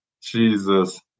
Jesus